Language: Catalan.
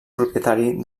propietari